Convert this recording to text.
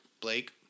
Blake